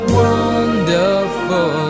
wonderful